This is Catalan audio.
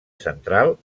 central